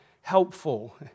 helpful